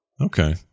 Okay